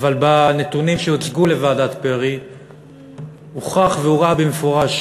אבל בנתונים שהוצגו לוועדת פרי הוכח והוראה במפורש